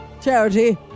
Charity